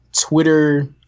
Twitter